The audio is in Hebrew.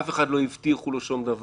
אף אחד לא הבטיחו לו שום דבר,